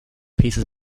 pieces